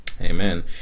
Amen